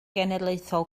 genedlaethol